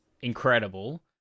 incredible